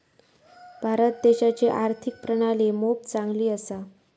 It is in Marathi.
भारत देशाची आर्थिक प्रणाली मोप चांगली असा